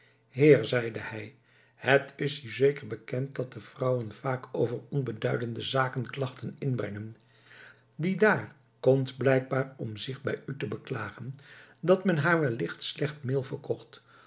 zeide hij het is u zeker bekend dat de vrouwen vaak over onbeduidende zaken klachten inbrengen die daar komt blijkbaar om zich bij u te beklagen dat men haar wellicht slecht meel verkocht